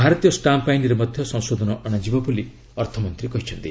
ଭାରତୀୟ ଷ୍ଟାମ୍ପ୍ ଆଇନ୍ରେ ମଧ୍ୟ ସଂଶୋଧନ ଅଣାଯିବ ବୋଲି ଅର୍ଥମନ୍ତ୍ରୀ କହିଛନ୍ତି